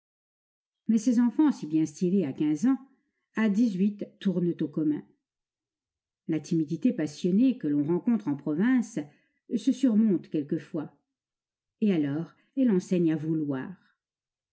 mais ces enfants si bien stylés à quinze ans à dix-huit tournent au commun la timidité passionnée que l'on rencontre en province se surmonte quelquefois et alors elle enseigne à vouloir